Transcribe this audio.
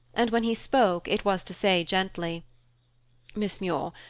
and when he spoke, it was to say gently miss muir,